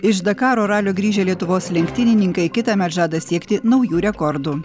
iš dakaro ralio grįžę lietuvos lenktynininkai kitąmet žada siekti naujų rekordų